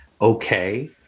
okay